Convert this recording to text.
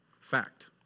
Fact